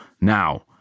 Now